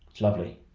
lovely,